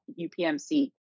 UPMC